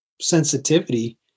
sensitivity